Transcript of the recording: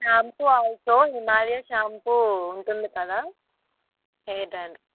shampoo also Himalaya shampoo ఉంటుంది కదా